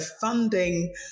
funding